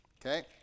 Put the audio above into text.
okay